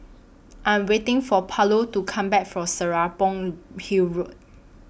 I'm waiting For Paulo to Come Back from Serapong Hill Road